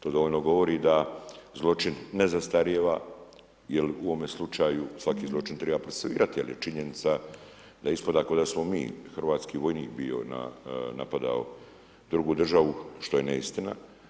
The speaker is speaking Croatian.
To dovoljno govori da zločin ne zastarijeva jer u ovome slučaju svaki zločin treba procesuirati jer je činjenica da ispada kao da smo mi hrvatski vojnik bio napadao drugu državu što je neistina.